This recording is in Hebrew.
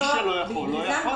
מי שלא יכול, לא יכול.